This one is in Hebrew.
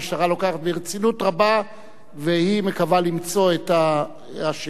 המשטרה לוקחת ברצינות רבה והיא מקווה למצוא את האשמים.